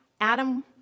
Adam